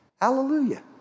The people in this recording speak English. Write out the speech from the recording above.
Hallelujah